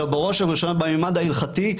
אלא בראש ובראשונה בממד ההלכתי,